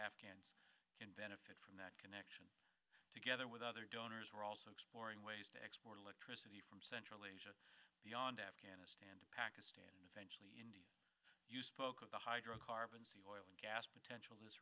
afghans can benefit from that connection together with other donors who are also exploring ways to export electricity from central asia beyond afghanistan to pakistan and eventually india you spoke of the hydrocarbons the oil and gas potential this